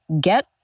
get